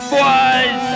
Boys